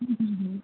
હં હં હં